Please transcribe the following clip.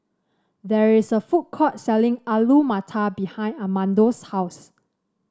there is a food court selling Alu Matar behind Amado's house